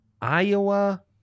Iowa